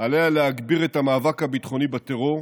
עליה להגביר את המאבק הביטחוני בטרור,